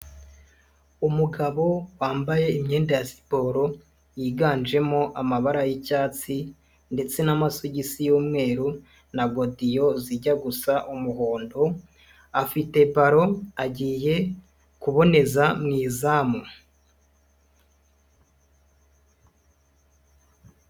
Umugabo wambaye imyenda ya siporo yiganjemo amabara y'icyatsi ndetse n'amasogisi y'umweru na godiyo zijya gusa umuhondo, afite balo agiye kuboneza mu izamu.